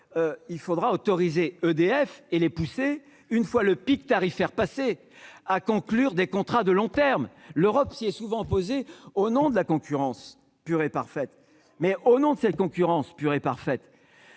il faudra autoriser EDF et les pousser une fois le pic tarifaires à conclure des contrats de long terme, l'Europe s'est souvent posée au nom de la concurrence pure et parfaite, mais au nom de cette concurrence pure et parfaite